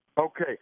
Okay